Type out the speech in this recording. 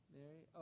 Mary